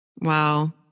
Wow